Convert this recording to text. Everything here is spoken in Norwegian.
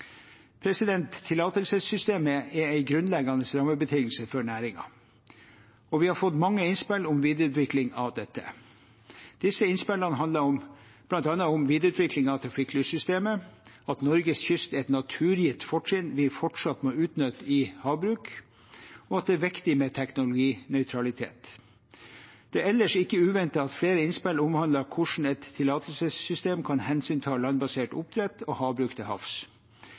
Tillatelsessystemet er en grunnleggende rammebetingelse for næringen, og vi har fått mange innspill om videreutvikling av dette. Disse innspillene handler bl.a. om videreutvikling av trafikklyssystemet, at Norges kyst er et naturgitt fortrinn vi fortsatt må utnytte i oppdrettsvirksomheten, og at det er viktig med teknologinøytralitet. Det er ellers ikke uventet at flere innspill omhandler hvordan et tillatelsessystem kan hensynta landbasert oppdrett og havbruk til havs.